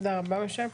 גבירתי היו"ר,